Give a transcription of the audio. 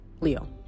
Leo